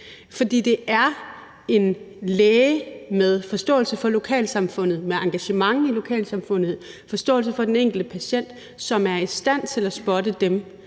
For det er en læge med forståelse for lokalsamfundet, med engagement i lokalsamfundet og forståelse for den enkelte patient, som er i stand til at spotte dem,